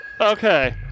Okay